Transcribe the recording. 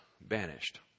banished